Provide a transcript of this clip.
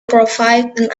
provide